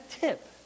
tip